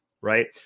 right